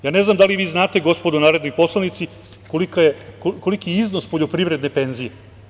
Ja, ne znam da li vi znate gospodo narodni poslanici, koliki je iznos poljoprivredne penzije?